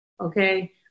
Okay